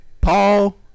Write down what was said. Paul